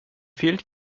fehlt